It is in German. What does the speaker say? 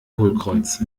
hohlkreuz